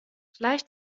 gleich